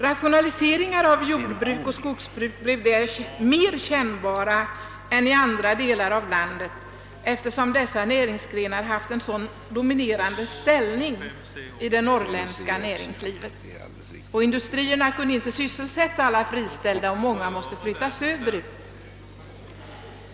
Rationalisering av jordbruk och skogsbruk blir där mera kännbar än i andra delar av landet, eftersom dessa näringsgrenar haft en sådan dominerande ställning i det norrländska näringslivet, och industrierna kan inte sysselsätta alla friställda. Många har av omständigheterna tvingats att flytta söderut.